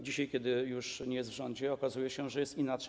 Dzisiaj, kiedy już nie jest w rządzie, okazuje się, że jest inaczej.